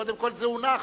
קודם כול זה הונח.